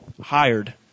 hired